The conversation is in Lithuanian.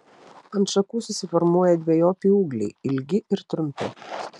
ant šakų susiformuoja dvejopi ūgliai ilgi ir trumpi